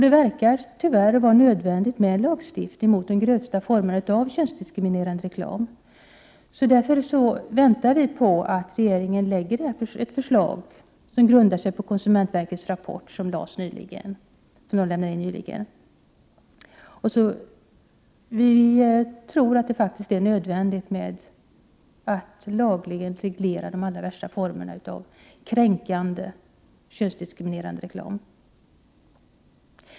Det verkar tyvärr vara nödvändigt med en lagstiftning mot de grövsta formerna av könsdiskriminerande reklam. Därför väntar vi på att regeringen lägger fram ett förslag som grundar sig på konsumentverkets nyligen framlagda rapport. Vi tror att det är nödvändigt att lagligen reglera de allra värsta formerna av kränkande könsdiskriminerande reklam.